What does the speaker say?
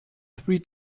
three